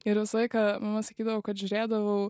ir visą laiką man sakydavo kad žiūrėdavau